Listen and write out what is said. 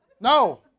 No